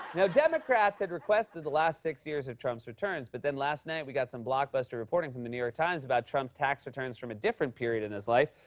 now, democrats had requested the last six years of trump's returns, but then, last night, we got some blockbuster reporting from the new york times about trump's tax returns from a different period in his life,